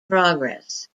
progress